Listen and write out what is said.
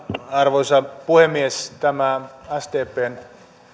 arvoisa puhemies tämä sdpn